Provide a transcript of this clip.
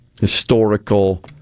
historical